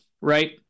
right